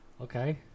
Okay